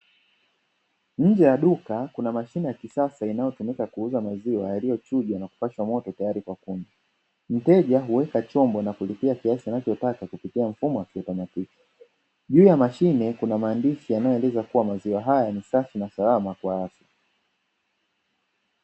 Nje ya duka kuna mashine ya kisasa inayotumika kuuza maziwa yaliyo chujwa na kupashwa moto tayari kwa kunywa, mteja huweka chombo na kulipia kiasi anachotaka kupitia mfumo wa kiautomatiki, juu ya mashine kuna maandishi yanayoeleza kuwa maziwa haya ni safi na salama kwa afya.